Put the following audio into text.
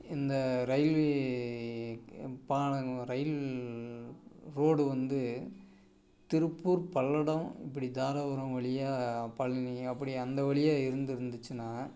இந்த ரயில்வே பாலம் rail road வந்து திருப்பூர் பல்லடம் இப்படி தாராபுரம் வழியா பழனி அப்படி அந்த வழியே இருந்திருந்துச்சின்னா